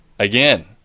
Again